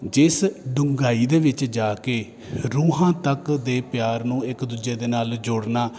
ਜਿਸ ਡੁੰਗਾਈ ਦੇ ਵਿੱਚ ਜਾ ਕੇ ਰੂਹਾਂ ਤੱਕ ਦੇ ਪਿਆਰ ਨੂੰ ਇੱਕ ਦੂਜੇ ਦੇ ਨਾਲ ਜੋੜਨਾ